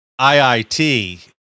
IIT